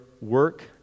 work